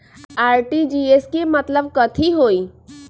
RTGS के मतलब कथी होइ?